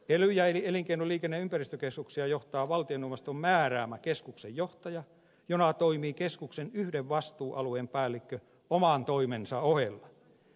elyjä eli elinkeino liikenne ja ympäristökeskuksia johtaa valtioneuvoston määräämä keskuksen johtaja jona toimii keskuksen yhden vastuualueen päällikkö oman toimensa ohella